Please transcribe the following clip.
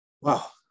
Wow